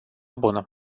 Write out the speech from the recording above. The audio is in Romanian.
bună